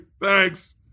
Thanks